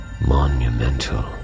monumental